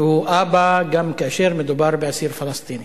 והוא אבא גם כאשר מדובר באסיר פלסטיני.